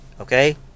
Okay